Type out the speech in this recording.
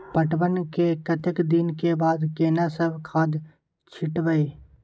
पटवन के कतेक दिन के बाद केना सब खाद छिटबै?